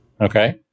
Okay